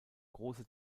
große